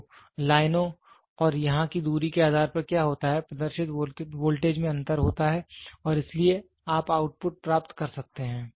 तो लाइनों और यहां की दूरी के आधार पर क्या होता है प्रदर्शित वोल्टेज में अंतर होता है और इसलिए आप आउटपुट प्राप्त कर सकते हैं